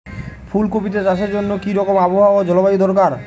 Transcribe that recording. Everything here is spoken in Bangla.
ফুল কপিতে চাষের জন্য কি রকম আবহাওয়া ও জলবায়ু দরকার?